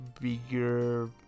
bigger